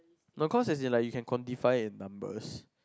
no cause like you can quantify it in numbers